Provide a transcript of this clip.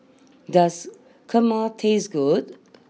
does Kurma taste good